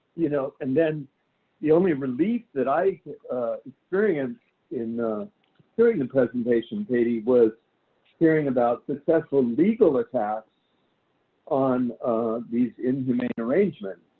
you know and then the only relief that i experienced in hearing the and presentation, katie, was hearing about successful legal attacks on these inhumane arrangements.